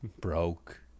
broke